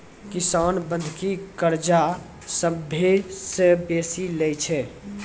किसान बंधकी कर्जा सभ्भे से बेसी लै छै